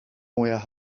mwyaf